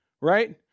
right